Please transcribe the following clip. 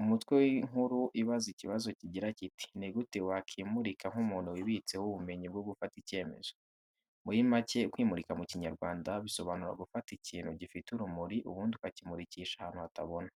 Umutwe w'inkuru ibaza ikibazo kigira kiti "Ni gute wakimurika nk'umuntu wibitseho ubumenyi bwo gufata icyemezo". Muri macye kwimurika mu Kinyarwanda bisobanura gufata ikintu gifite urumuri ubundi ukakimurikisha ahantu hatabona.